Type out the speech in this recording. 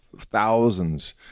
thousands